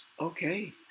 Okay